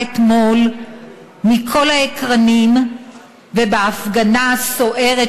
אתמול מכל האקרנים ובהפגנה הסוערת,